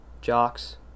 jocks